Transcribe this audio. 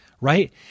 right